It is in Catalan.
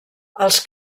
els